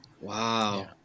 Wow